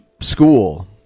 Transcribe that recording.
school